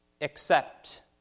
accept